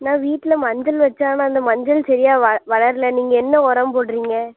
நான் வீட்டில் மஞ்சள் வைச்சேன் ஆனால் அந்த மஞ்சள் சரியா வளரல நீங்கள் என்ன உரம் போடுறீங்க